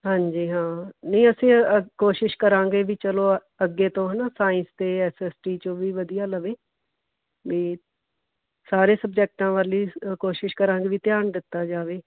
ਹਾਂਜੀ ਹਾਂ ਨਹੀਂ ਅਸੀਂ ਕੋਸ਼ਿਸ਼ ਕਰਾਂਗੇ ਵੀ ਚਲੋ ਅੱਗੇ ਤੋਂ ਹੈ ਨਾ ਸਾਇੰਸ ਅਤੇ ਐੱਸ ਐੱਸ ਟੀ ਚੋਂ ਵੀ ਵਧੀਆ ਲਵੇ ਵੀ ਸਾਰੇ ਸਬਜੈਕਟਾਂ ਵੱਲ ਕੋਸ਼ਿਸ਼ ਕਰਾਂਗੇ ਵੀ ਧਿਆਨ ਦਿੱਤਾ ਜਾਵੇ